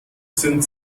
sind